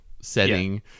setting